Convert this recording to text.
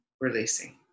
releasing